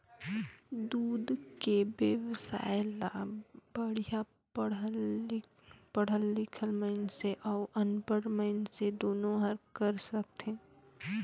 दूद के बेवसाय ल बड़िहा पड़हल लिखल मइनसे अउ अनपढ़ मइनसे दुनो हर कर सकथे